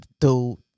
dude